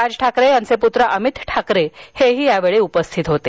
राज यांचे पुत्र अमित ठाकरे हे यावेळी उपस्थित होते